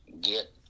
get